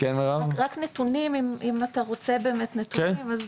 אם אתה רוצה נתונים,